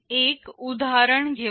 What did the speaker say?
एक उदाहरण घेऊया